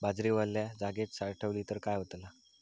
बाजरी वल्या जागेत साठवली तर काय होताला?